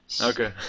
Okay